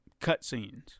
cutscenes